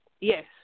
Yes